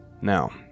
now